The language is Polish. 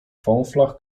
fąflach